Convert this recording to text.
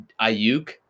Ayuk